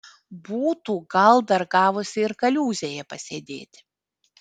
būtų gal dar gavusi ir kaliūzėje pasėdėti